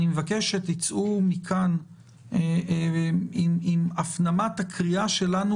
אני מבקש שתצאו מכאן עם הפנמת הקריאה שלנו